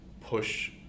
push